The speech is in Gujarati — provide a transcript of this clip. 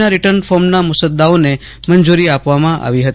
ના રિટર્ન ફોર્મના મુસદ્દાઓને મંજુરી આપવામાં આવી હતી